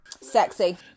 sexy